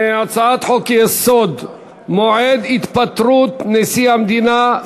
הצעת חוק-יסוד: מועד התפטרות נשיא המדינה,